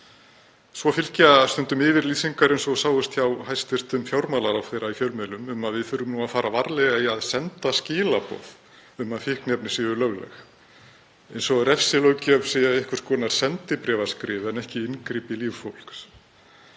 Svo fylgja stundum yfirlýsingar eins og sáust hjá hæstv. fjármálaráðherra í fjölmiðlum um að við þurfum að fara varlega í að senda skilaboð um að fíkniefni séu lögleg, eins og refsilöggjöf sé einhvers konar sendibréfaskrif en ekki inngrip í líf fólks.